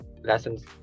lessons